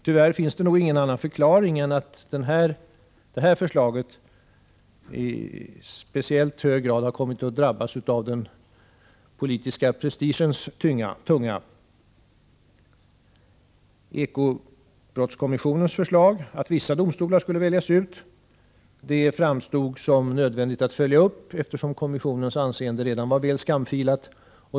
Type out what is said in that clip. Tyvärr finns det nog ingen annan förklaring än att det här förslaget i speciellt hög grad kommit att drabbas av den politiska prestigens tunga. Ekobrottskommissionens förslag att vissa domstolar skulle väljas ut framstod som nödvändigt att följa upp, eftersom kommissionens anseende redan var väl skamfilat.